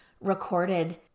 recorded